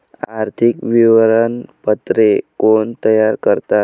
आर्थिक विवरणपत्रे कोण तयार करतात?